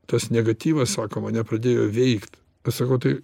tas negatyvas sako mane pradėjo veikt aš sakau tai